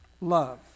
love